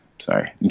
Sorry